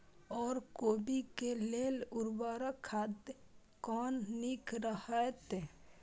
ओर कोबी के लेल उर्वरक खाद कोन नीक रहैत?